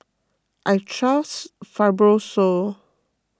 I trust Fibrosol